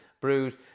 brewed